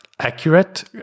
accurate